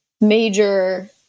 major